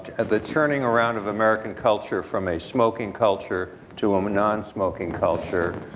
and the turning around of american culture from a smoking culture to um a non-smoking culture,